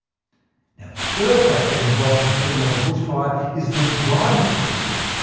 now the third factor involved in setting off a bushfire is the dryness of the fuel.